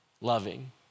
Loving